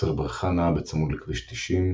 היוצר בריכה נאה בצמוד לכביש 90,